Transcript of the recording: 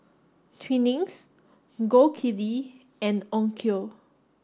Twinings Gold Kili and Onkyo